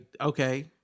okay